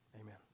Amen